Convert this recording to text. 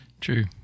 true